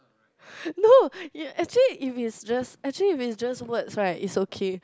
no actually if it's just actually if it's just words right it's okay